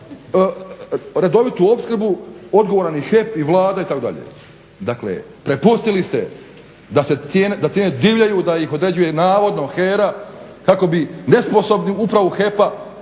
redovitu opskrbu odgovoran i HEP i Vlada itd.? Dakle, prepustili ste da cijene divljaju, da ih određuje navodno HERA kako bi nesposobnoj upravi HEP-a